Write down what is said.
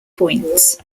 points